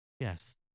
Yes